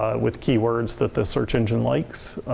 with keywords that the search engine likes,